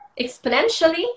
exponentially